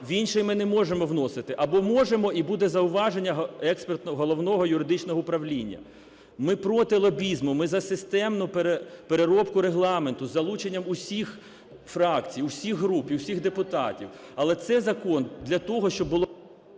в інший ми не можемо вносити. Або можемо і буде зауваження Головного юридичного управління. Ми проти лобізму, ми за системну переробку Регламенту з залученням усіх фракцій, усіх груп і всіх депутатів, але цей закон для того, щоб було…